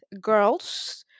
girls